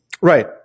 Right